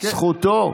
זכותו.